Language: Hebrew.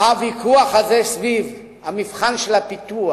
הוויכוח הזה סביב המבחן של הפיתוח: